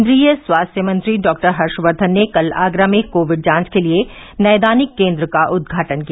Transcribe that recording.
केन्द्रीय स्वास्थ्य मंत्री डॉ हर्षकर्धन ने कल आगरा में कोविड जांच के लिए नैदानिक केंद्र का उदघाटन किया